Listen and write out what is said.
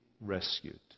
rescued